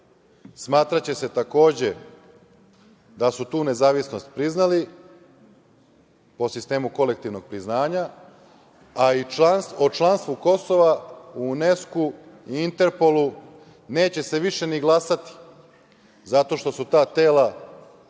smatraće se, takođe, da su tu nezavisnost priznali po sistemu kolektivnog priznanja, a i o članstvu Kosova u UNESKO i Interpolu neće se više ni glasati zato što su ta tela u okrilju